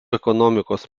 ekonomikos